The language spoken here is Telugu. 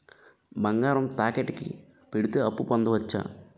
బంగారం తాకట్టు కి పెడితే అప్పు పొందవచ్చ?